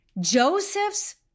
Joseph's